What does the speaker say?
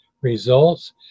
results